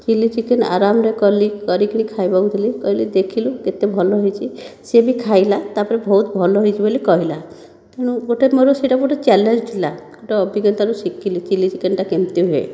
chilli chicken ଆରମରେ କଲି କରିକିନି ଖାଇବାକୁ ଦେଲି କହିଲି ଦେଖିଲୁ କେତେ ଭଲ ହୋଇଛି ସେ ବି ଖାଇଲା ତା'ପରେ ବହୁତ ଭଲ ହୋଇଛି ବୋଲି କହିଲା ଗୋଟିଏ ସେଇଟା ମୋର ଚ୍ୟାଲେଞ୍ଜ ଥିଲା ଗୋଟିଏ ଅଭିଜ୍ଞାତାରୁ ଶିଖିଲି ଚିଲି ଚିକେନଟା କେମିତି ହୁଏ